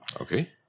Okay